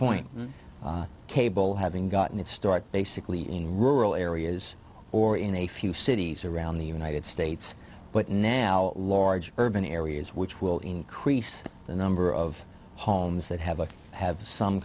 point cable having gotten its start basically in rural areas or in a few cities around the united states but now large urban areas which will increase the number of homes that have a have some